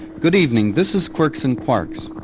good evening, this is quirks and quarks.